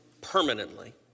permanently